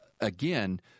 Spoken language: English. again